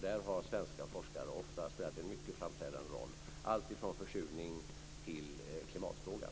Där har svenska forskare ofta spelat en mycket framträdande roll när det gäller allt från försurningen till klimatfrågan.